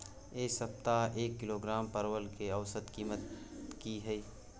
ऐ सप्ताह एक किलोग्राम परवल के औसत कीमत कि हय?